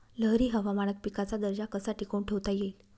लहरी हवामानात पिकाचा दर्जा कसा टिकवून ठेवता येईल?